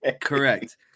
Correct